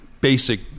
basic